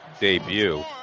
debut